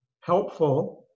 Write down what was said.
helpful